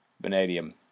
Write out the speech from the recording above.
vanadium